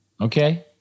Okay